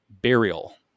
burial